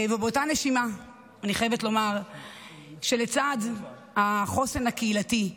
ובאותה נשימה, אני חייבת לומר שלצד החוסן הקהילתי,